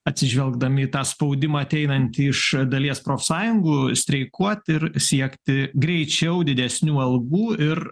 atsižvelgdami į tą spaudimą ateinantį iš dalies profsąjungų streikuot ir siekti greičiau didesnių algų ir